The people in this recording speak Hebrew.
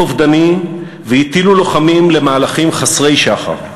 אובדני והטילו לוחמים למהלכים חסרי שחר.